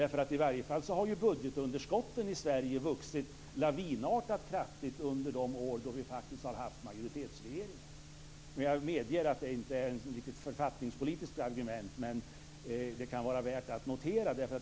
I varje fall har budgetunderskotten i Sverige vuxit lavinartat kraftigt under de år då vi faktiskt har haft majoritetsregeringar. Jag medger att det inte riktigt är ett författningspolitiskt argument, men det kan vara värt att notera.